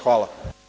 Hvala.